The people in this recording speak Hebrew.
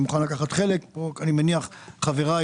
אני מוכן לקחת חלק, אני מניח שגם חבריי.